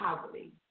poverty